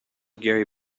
gary